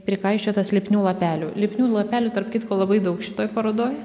prikaišiotas lipnių lapelių lipnių lapelių tarp kitko labai daug šitoj parodoj